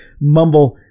mumble